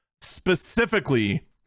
specifically